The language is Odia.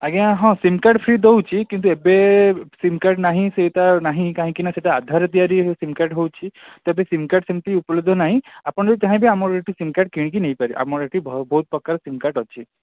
ଆଜ୍ଞା ହଁ ସିମ୍ କାର୍ଡ଼ ଫ୍ରୀ ଦେଉଛି କିନ୍ତୁ ଏବେ ସିମ୍ କାର୍ଡ଼ ନାହିଁ ସେଇଟା ନାହିଁ କାହିଁକି ନା ସେଇଟା ଆଧାରରେ ତିଆରି ହେଉଛି ସିମ୍ କାର୍ଡ଼ ହେଉଛି ତ ସିମ୍ କାର୍ଡ଼ ସେମିତି ଉପଲବ୍ଧ ନାହିଁ ଆପଣ ଯଦି ଚାହିଁବେ ଆମର ଏଇଠୁ ସିମ୍ କାର୍ଡ଼ କିଣିକି ନେଇପାରିବେ ଆମର ଏଇଠି ବହୁତ ପ୍ରକାର ସିମ୍ କାର୍ଡ଼ ଅଛି